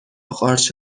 قارچ